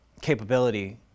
capability